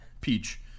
Peach